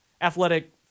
athletic